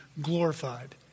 glorified